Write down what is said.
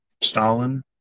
Stalin